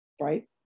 right